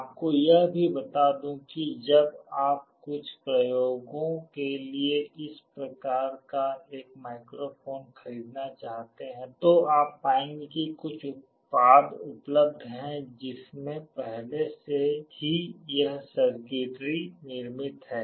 आपको यह भी बता दूं कि जब आप कुछ प्रयोगों के लिए इस प्रकार का एक माइक्रोफोन खरीदना चाहते हैं तो आप पाएंगे कि कुछ उत्पाद उपलब्ध हैं जिसमें पहले से ही यह सर्किटरी निर्मित हैं